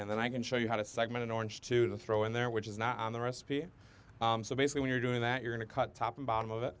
and then i can show you how to segment an orange two to throw in there which is not on the recipe so basically when you're doing that you're in a cut top and bottom of it